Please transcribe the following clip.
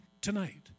tonight